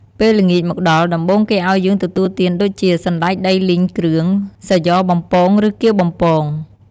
ពេលល្ងាចមកដល់ ដំបូងគេឲ្យយើងទទួលទានដូចជា សណ្តែកដីលីងគ្រឿង សាយ៉បំពងឬគាវបំពង ។